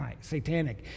satanic